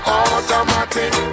automatic